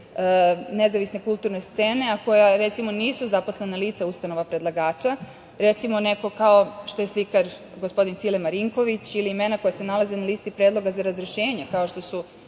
nezavisne kulturne scene, a koja, recimo, nisu zaposlena lica ustanova predlagača. Recimo, nekog kao što je slikar gospodin Cile Marinković ili imena koja se nalaze na listi predloga za razrešenje, kao što su